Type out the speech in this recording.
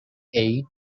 eight